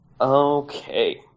Okay